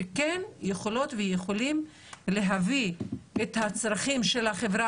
שכן יכולות ויכולים להביא את הצרכים של החברה